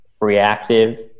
reactive